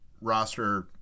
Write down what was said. roster